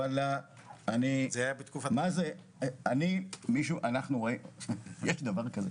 וואלה, יש דבר כזה?